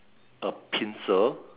a pincer